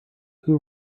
who